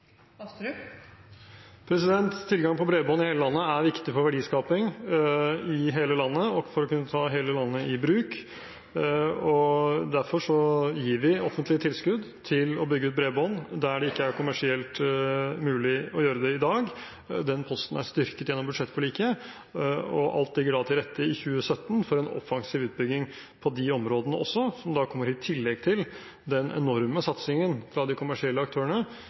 Tilgang på bredbånd i hele landet er viktig for verdiskaping i hele landet og for å kunne ta hele landet i bruk. Derfor gir vi offentlige tilskudd til å bygge ut bredbånd der det ikke er kommersielt mulig å gjøre det i dag. Den posten er styrket gjennom budsjettforliket, og alt ligger i 2017 til rette for en offensiv utbygging på de områdene som kommer i tillegg til den enorme satsingen fra de kommersielle aktørene,